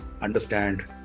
understand